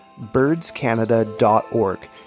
birdscanada.org